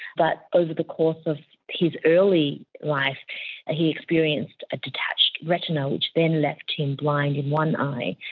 but over the course of his early life ah he experienced a detached retina which then left him blind in one eye.